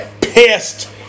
pissed